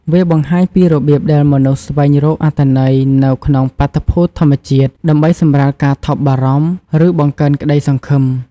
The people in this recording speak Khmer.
វាបង្ហាញពីរបៀបដែលមនុស្សស្វែងរកអត្ថន័យនៅក្នុងបាតុភូតធម្មជាតិ ដើម្បីសម្រាលការថប់បារម្ភ ឬបង្កើនក្តីសង្ឃឹម។